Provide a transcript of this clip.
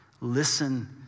Listen